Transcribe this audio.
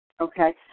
okay